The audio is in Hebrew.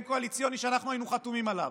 הקואליציוני שאנחנו היינו חתומים עליו,